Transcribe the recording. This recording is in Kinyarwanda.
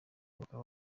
bakaba